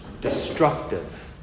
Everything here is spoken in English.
destructive